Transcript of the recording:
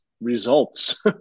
results